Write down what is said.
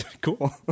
cool